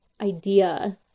idea